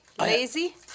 Lazy